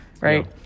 right